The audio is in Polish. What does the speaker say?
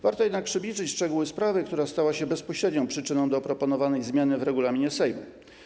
Warto jednak przybliżyć szczegóły sprawy, która stała się bezpośrednią przyczyną proponowanej zmiany w regulaminie Sejmu.